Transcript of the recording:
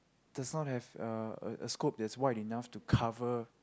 does not have uh a a scope that's wide enough to cover